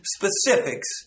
specifics